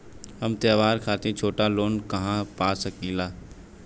हम त्योहार खातिर छोटा लोन कहा पा सकिला?